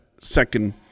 second